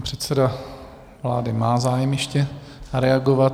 Pan předseda vlády má zájem ještě reagovat.